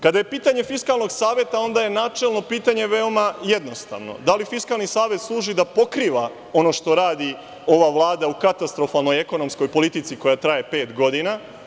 Kada je pitanje Fiskalnog saveta, onda je načelno pitanje veoma jednostavno - da li Fiskalni savet služi da pokriva ono što radi ova Vlada u katastrofalnoj ekonomskoj politici koja traje pet godina?